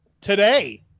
Today